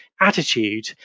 attitude